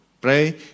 Pray